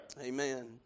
Amen